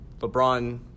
lebron